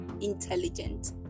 intelligent